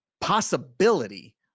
possibility